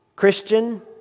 Christian